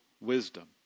wisdom